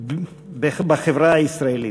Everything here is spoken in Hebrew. בחברה הישראלית.